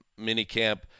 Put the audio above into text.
minicamp